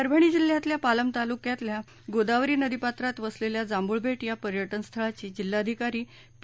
परभणी जिल्ह्यातल्या पालम तालुक्यात गोदावरी नदीपात्रात वसलेल्या जांभूळबेट या पर्यटनस्थळाची जिल्हाधिकारी पी